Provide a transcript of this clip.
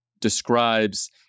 describes